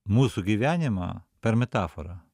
mūsų gyvenimą per metaforą